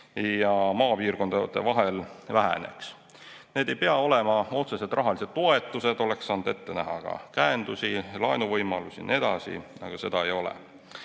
ja maapiirkondade vahel, väheneks. Need ei pea olema otsesed rahalised toetused, oleks saanud ette näha ka käendusi, laenuvõimalusi ja nii edasi. Aga seda ei ole.